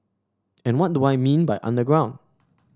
and what do I mean by underground